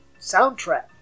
soundtrack